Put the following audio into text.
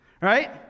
right